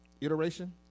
iteration